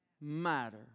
matter